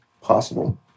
possible